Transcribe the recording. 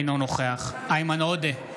אינו נוכח איימן עודה,